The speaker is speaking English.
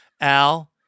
Al